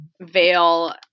veil